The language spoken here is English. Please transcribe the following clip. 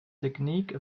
technique